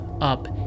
up